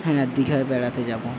হ্যাঁ দিঘায় বেড়াতে যাবো